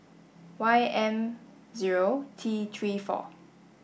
Y M zero T three four